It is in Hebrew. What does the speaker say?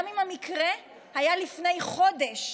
גם אם המקרה היה לפני חודש,